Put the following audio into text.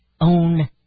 own